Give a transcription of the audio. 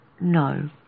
no